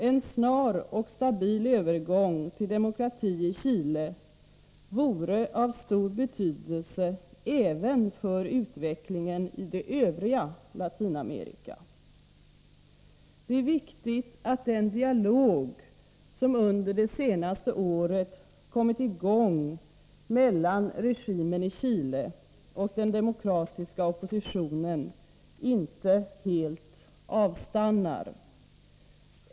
En snar och stabil övergång till demokrati i Chile vore av stor betydelse även för utvecklingen i det övriga Latinamerika. Det är viktigt att den dialog som under det senaste året kommit i gång mellan regimen i Chile och den demokratiska oppositionen inte helt avstannar.